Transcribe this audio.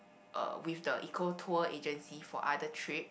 uh with the eco tour agency for other trips